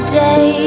day